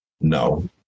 No